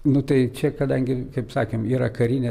nu tai čia kadangi kaip sakėm yra karinė